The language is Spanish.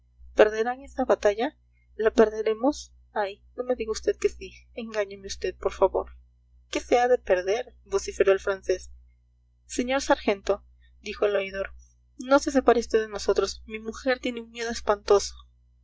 perderán esa batalla la perderemos ay no me diga vd que sí engáñeme vd por favor qué se ha de perder vociferó el francés señor sargento dijo el oidor no se separe vd de nosotros mi mujer tiene un miedo espantoso